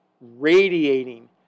radiating